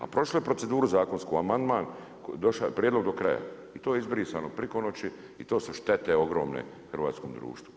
A prošlo je proceduru zakonsku, amandman, došao je prijedlog do kraja, i to je izbrisano preko noći i to su štete ogromne hrvatskom društvu.